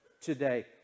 today